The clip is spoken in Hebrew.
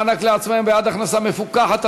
מענק לעצמאי בעד הכנסה מפוקחת),